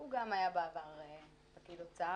הוא גם היה בעבר פקיד אוצר.